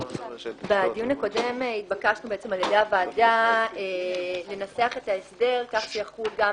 בדיון הקודם התבקשנו על-ידי הוועדה לנסח את ההסדר כך שיחול גם